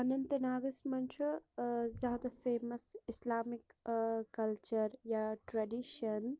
اننت ناگس مَنٛز چھُ زیادٕ فیمَس اِسلامک کلچر یا ٹریٚڈِشَن